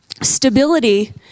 stability